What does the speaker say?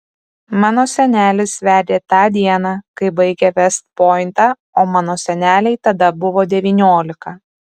mano senelis vedė tą dieną kai baigė vest pointą o mano senelei tada buvo devyniolika